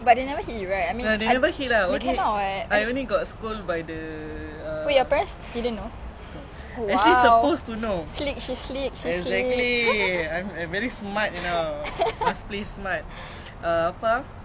but they never hit you right they cannot [what] wait your parents didn't know !wow! she sleep she sleep